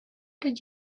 did